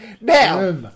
Now